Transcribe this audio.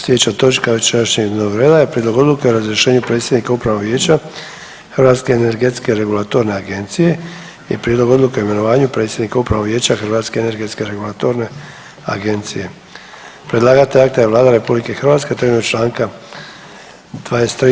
Sljedeća točka večerašnjeg dnevnog reda je: - Prijedlog odluke o razrješenju predsjednika Upravnog vijeća Hrvatske energetske regulatorne agencije i - Prijedlog odluke o imenovanju predsjednika Upravnog vijeća Hrvatske energetske regulatorne agencije Predlagatelj akta je Vlada RH na temelju čl. 23.